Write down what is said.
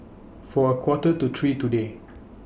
For A Quarter to three today